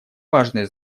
важное